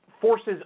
forces